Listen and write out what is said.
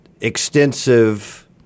extensive